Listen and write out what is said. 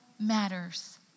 matters